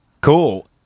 Cool